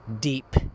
deep